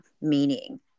meaning